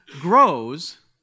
grows